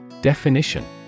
Definition